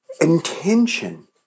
intention